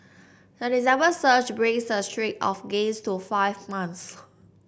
the December surge brings the streak of gains to five months